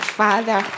father